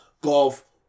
golf